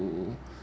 to